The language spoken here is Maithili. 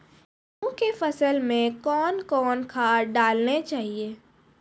गेहूँ के फसल मे कौन कौन खाद डालने चाहिए?